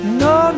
no